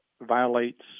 violates